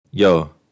Yo